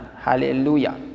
hallelujah